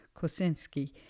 Kosinski